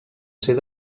ser